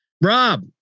Rob